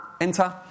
enter